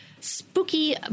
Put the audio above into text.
Spooky